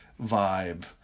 vibe